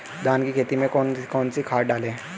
धान की खेती में कौन कौन सी खाद डालें?